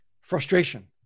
Frustration